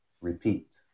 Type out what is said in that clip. repeat